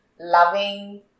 loving